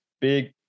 big